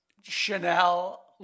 Chanel